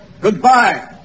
Goodbye